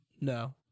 No